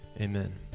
Amen